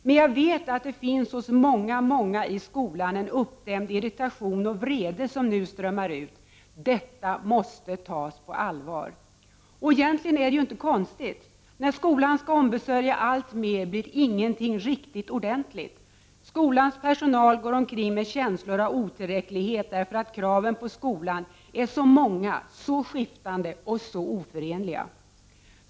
Men jag vet att det finns hos många i skolan en uppdämd irritation och vrede som nu strömmar ut. Detta måste tas på allvar. Egentligen är det inte konstigt — när skolan skall ombesörja allt mer blir ingenting riktigt ordentligt. Skolans personal går omkring med känslor av otillräcklighet därför att kraven på skolan är så många, så skiftande och så oförenliga.